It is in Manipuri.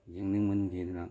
ꯌꯦꯡꯅꯤꯡꯃꯟꯒꯤꯗꯅ